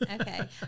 okay